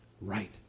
Right